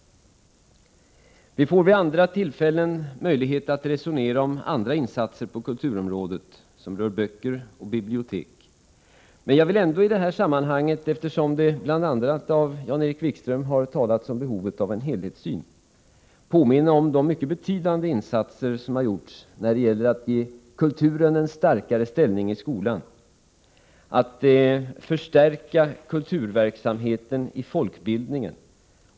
Vi får vid andra tillfällen möjlighet att resonera om andra insatser på kulturområdet som rör böcker och bibliotek. Men jag vill ändå i det sammanhanget, eftersom det bl.a. av Jan-Erik Wikström har talats om behovet av en helhetssyn, påminna om de mycket betydande insatser som har gjorts när det gäller att ge kulturen en starkare ställning i skolan och för att stärka kulturverksamheten i folkbildningen.